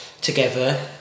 together